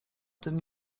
tym